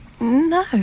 No